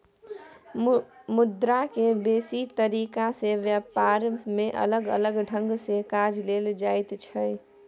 मुद्रा के बेसी तरीका से ब्यापार में अलग अलग ढंग से काज लेल जाइत छै